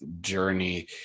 journey